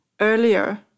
earlier